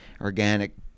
organic